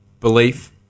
belief